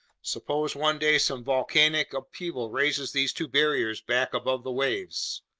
suppose one day some volcanic upheaval raises these two barriers back above the waves!